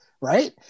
right